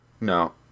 no